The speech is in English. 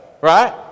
right